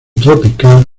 tropical